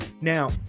Now